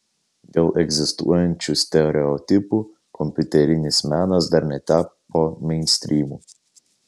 dėl egzistuojančių stereotipų kompiuterinis menas dar netapo meinstrymu